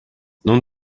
non